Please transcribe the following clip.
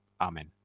amen